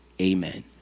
amen